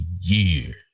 years